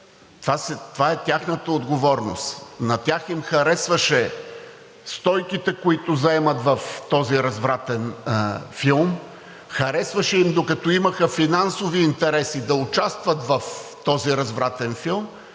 това е тяхната отговорност. На тях им харесваха стойките, които заемат в този развратен филм, харесваше им, докато имаха финансови интереси да участват в този развратен филм,